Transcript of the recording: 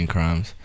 Crimes